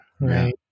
right